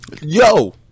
Yo